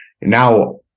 now